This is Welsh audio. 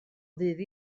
ddydd